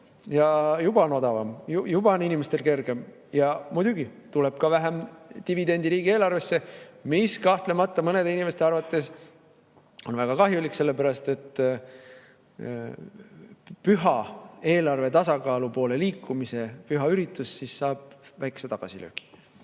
ja juba on odavam, juba on inimestel kergem. Muidugi tuleb ka vähem dividendi riigieelarvesse, mis kahtlemata on mõnede inimeste arvates väga kahjulik, sellepärast et eelarve tasakaalu poole liikumise püha üritus saab siis väikese tagasilöögi.